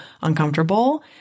uncomfortable